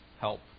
help